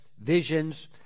visions